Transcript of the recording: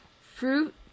Fruit